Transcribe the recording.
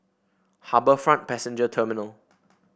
HarbourFront Passenger Terminal